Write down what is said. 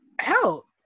Hell